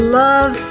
love